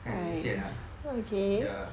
kesian ah ya